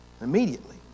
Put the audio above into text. Immediately